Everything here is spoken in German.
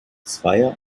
zweier